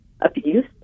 abuse